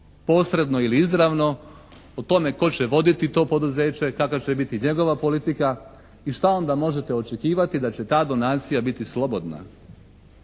posredno ili izravno o tome tko će voditi to poduzeće, kakva će biti njegova politika i šta onda možete očekivati da će ta donacija biti slobodna?